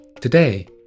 Today